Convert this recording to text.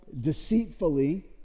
deceitfully